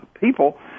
people